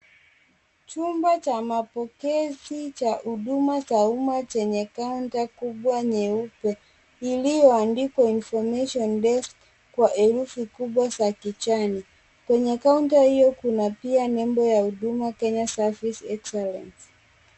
Chumba cha mapokezi cha huduma za umma chenye kaunta kubwa nyeupe, Iliyoandikwa INFORMATION DESK , Kwa herufi kubwa za kijani. Kwenye kaunta hiyo kuna pia nembo ya Huduma Kenya Service Excellence.